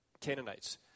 Canaanites